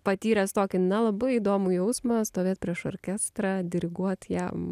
patyręs tokį na labai įdomų jausmą stovėt prieš orkestrą diriguot jam